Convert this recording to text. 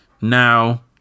now